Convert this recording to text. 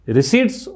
Receipts